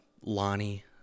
Lonnie